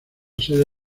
sede